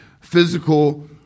Physical